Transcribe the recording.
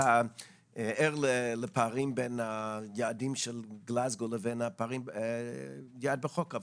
אתה ער לפערים בין היעדים של גלזגו לבין הפערים ביעד החוק,